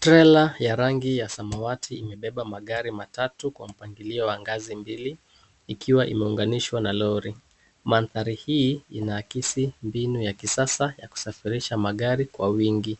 Trela ya rangi ya samawati imebeba magari matatu kwa mpangilio wa ngazi mbili, ikiwa imeunganishwa na lori. Mandhari hii inaakisi mbinu ya kisasa, ya kusafirisha magari kwa wingi.